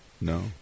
No